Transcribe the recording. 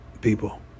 people